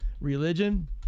religion